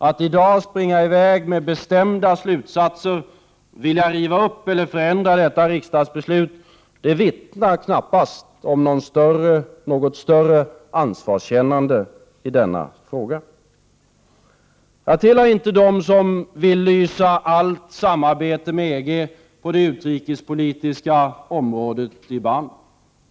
Att i dag springa i väg med bestämda slutsatser och vilja riva upp eller förändra detta riksdagsbeslut vittnar knappast om något större ansvarskännande i denna fråga. Jag tillhör inte dem som vill lysa allt samarbete med EG på det utrikespolitiska området i bann.